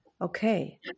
Okay